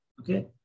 Okay